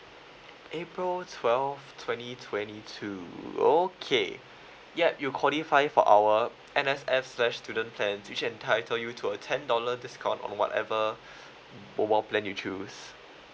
april twelve twenty twenty two okay yup you qualify for our N_S_S slash student plans which entitle you to a ten dollar discount on whatever mobile plan you choose